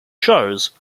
shows